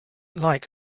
like